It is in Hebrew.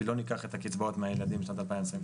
כי לא ניקח את הקצבאות מהילדים בשנת 2023,